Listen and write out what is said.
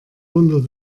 wunder